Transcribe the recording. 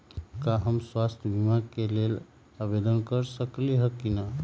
का हम स्वास्थ्य बीमा के लेल आवेदन कर सकली ह की न?